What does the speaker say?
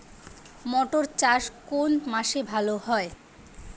মটর চাষ কোন মাসে ভালো হয়?